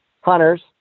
hunters